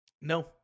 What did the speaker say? No